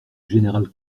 général